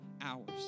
hours